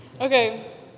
Okay